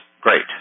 great